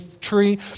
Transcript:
tree